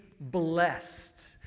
blessed